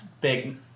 big